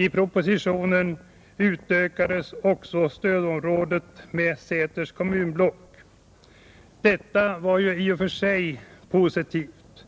I propositionen utökades också stödområdet med Säters kommunblock. Detta var i och för sig positivt.